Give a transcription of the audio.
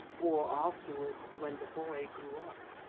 or afterwards, when the boy grew up,